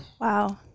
Wow